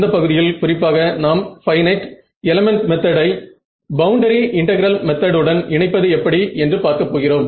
இந்தப் பகுதியில் குறிப்பாக நாம் பைனட் எலிமெண்ட் மெத்தடை பவுண்டரி இன்டெகிரல் மெத்தட் உடன் இணைப்பது எப்படி என்று பார்க்க போகிறோம்